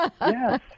Yes